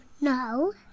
no